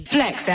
Flex